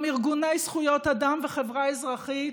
גם ארגוני זכויות אדם וחברה אזרחית,